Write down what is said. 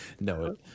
No